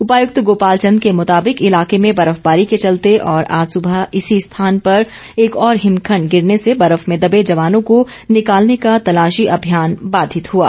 उपायुक्त गोपाल चन्द के मुताबिक इलाके में बर्फबारी के चलते और आज सुबह इसी स्थान पर एक और हिमखण्ड गिरने से बर्फ में दबे जवानों को निकालने का तलाशी अभियान बाधित हुआ